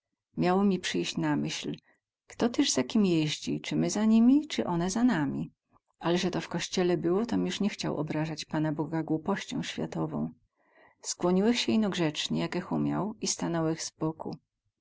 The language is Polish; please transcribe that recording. miało mi przyjść na myśl kto tyz za kim jeździ cy my za nimi cy one za nami ale ze to w kościele było tom juz nie chciał obrazać pana boga głupością światową skłoniłech sie ino grzecnie jakech umiał i